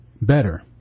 better